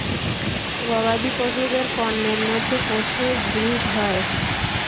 গবাদি পশুদের পন্যের মধ্যে প্রচুর ব্রিড হয়